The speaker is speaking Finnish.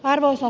arvoisa